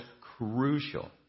crucial